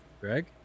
Greg